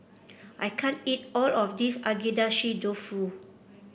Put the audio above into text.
I can't eat all of this Agedashi Dofu